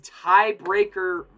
tiebreaker